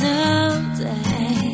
Someday